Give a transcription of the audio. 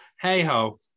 hey-ho